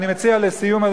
אני מציע לסיום,